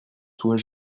soient